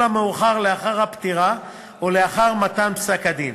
המאוחר לאחר הפטירה או לאחר מתן פסק-הדין,